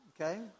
okay